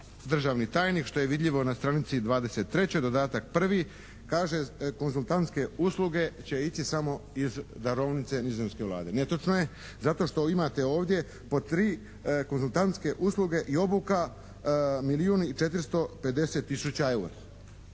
državni tajnik, što je vidljivo na stranici 23., dodatak 1., kaže konzultantske usluge će ići samo iz darovnice nizozemske Vlade. Netočno je zato što imate ovdje pod 3. konzultantske usluge i obuka milijun